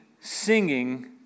singing